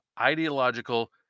ideological